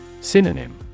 Synonym